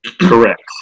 Correct